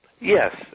Yes